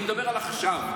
אני מדבר על עכשיו.